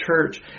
church